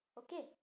okay